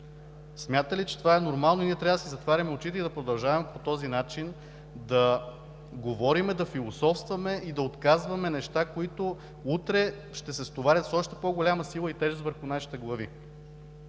Смятате ли, че това е нормално и ние трябва да си затваряме очите и да продължаваме по този начин да говорим, да философстваме и да отказваме неща, които утре ще се стоварят с още по-голяма сила и тежест върху нашите глави.